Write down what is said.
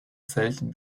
selten